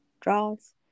draws